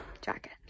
jacket